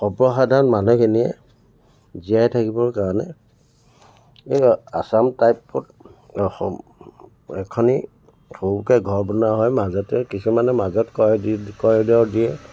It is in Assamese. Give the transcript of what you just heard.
সৰ্বসাধাৰণ মানুহখিনিয়ে জীয়াই থাকিবৰ কাৰণে এই আছাম টাইপত অখম এখনি সৰুকৈ ঘৰ বনোৱা হয় মাজতে কিছুমানে মাজত ক দি কৰিডৰ দিয়ে